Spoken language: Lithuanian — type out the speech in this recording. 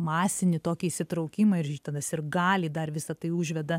masinį tokį įsitraukimą ir tada sirgaliai dar visa tai užveda